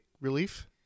relief